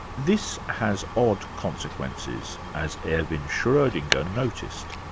this has odd consequences, as erwin schrodinger noticed.